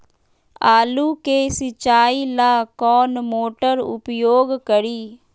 आलू के सिंचाई ला कौन मोटर उपयोग करी?